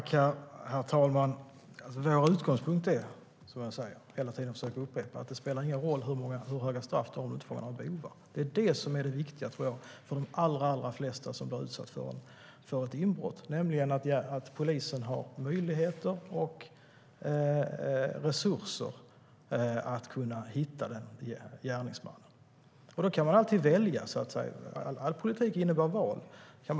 Herr talman! Vår utgångspunkt är - som jag hela tiden försöker upprepa - att det inte spelar någon roll hur höga straff man har om man inte fångar några bovar. Det är det som jag tror är det viktiga för de allra, allra flesta som blir utsatta för ett inbrott: att polisen har möjligheter och resurser för att hitta gärningsmannen. Man kan alltid välja. All politik innebär val.